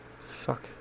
Fuck